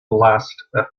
lastfm